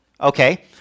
Okay